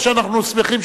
מה שאנחנו שמחים,